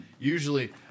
Usually